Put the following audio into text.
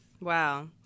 Wow